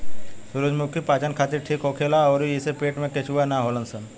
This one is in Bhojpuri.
सूरजमुखी पाचन खातिर ठीक होखेला अउरी एइसे पेट में केचुआ ना होलन सन